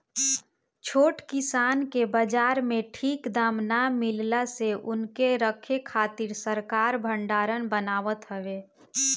छोट किसान के बाजार में ठीक दाम ना मिलला से उनके रखे खातिर सरकार भडारण बनावत हवे